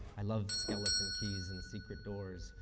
i love skeleton keys and secret doors,